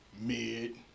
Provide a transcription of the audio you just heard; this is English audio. mid